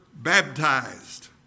baptized